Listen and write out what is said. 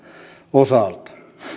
osalta